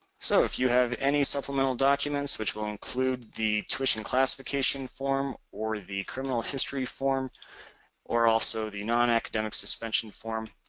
so, if you have any supplemental documents which will include the tuition classification form or the criminal history form or also the non academic suspension form.